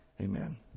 Amen